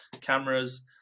cameras